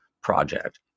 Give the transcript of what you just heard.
project